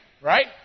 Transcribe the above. right